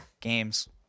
games